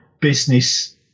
business